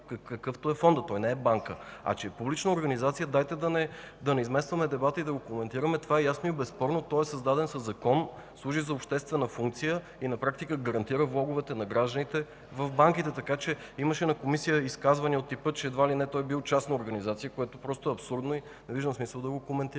Това е ясно и безспорно – той е създаден със закон, служи за обществена функция и на практика гарантира влоговете на гражданите в банките. На заседание на Комисията имаше изказвания от типа, че едва ли не той бил частна организация, което просто е абсурдно и не виждам смисъл да го коментирам.